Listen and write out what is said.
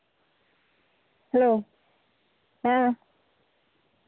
hello ᱦᱮᱸ